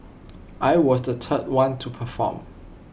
I was the third one to perform